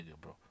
bro